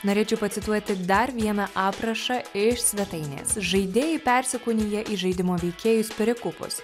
norėčiau pacituoti dar vieną aprašą iš svetainės žaidėjai persikūnija į žaidimo veikėjus perikūpus